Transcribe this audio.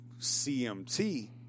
CMT